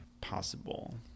possible